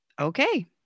okay